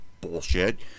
bullshit